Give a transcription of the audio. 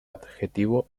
adjetivo